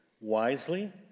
wisely